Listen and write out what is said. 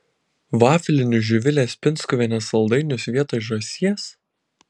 vaflinius živilės pinskuvienės saldainius vietoj žąsies